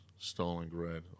Stalingrad